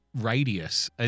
radius